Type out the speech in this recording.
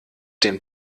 den